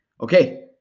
okay